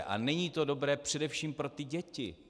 A není to dobré především pro ty děti.